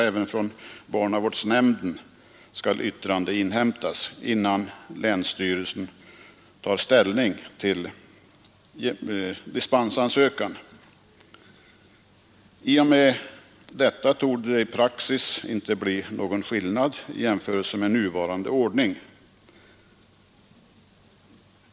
Även från barnavårdsnämnden skall yttrande inhämtas, innan länsstyrelsen tar ställning till dispensansökan. I och med detta torde det i praxis inte bli någon skillnad mot nuvarande ordning.